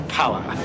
power